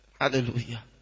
hallelujah